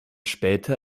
später